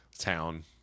town